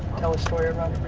tell a story about